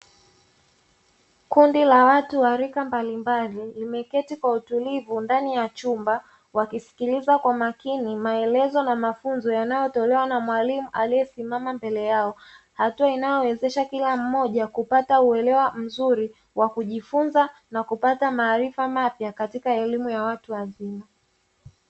Kundi la watu wa rika mbalimbali limeketi kwa utulivu ndani ya chumba, wakisikiliza kwa makini maelezo na mafunzo yanayotolewa na mwalimu aliyesimama mbele yao, hatua inayowezesha kila mmoja kupata uelewa mzuri wa kujifunza na kupata maarifa mapya katika elimu ya watu wazima.